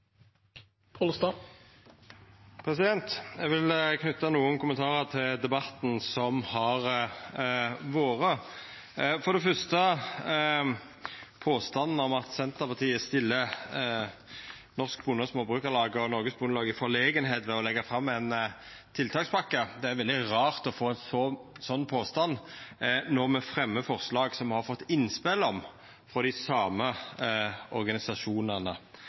Eg vil knyta nokre kommentarar til debatten som har vore. For det fyrste til påstanden om at Senterpartiet stiller Norsk Bonde- og Småbrukarlag og Norges Bondelag i forlegenheit ved å leggja fram ei tiltakspakke: Det er veldig rart å få ein sånn påstand når me fremjar forslag som me har fått innspel om frå dei same organisasjonane.